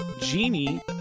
Genie